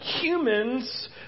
humans